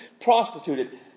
prostituted